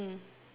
mm